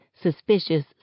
suspicious